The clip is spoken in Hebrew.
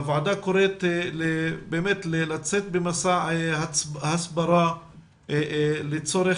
הוועדה קוראת לצאת במסע הסברה לצורך